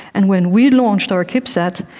and when we launched our cubesat,